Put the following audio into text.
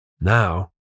Now